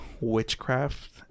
witchcraft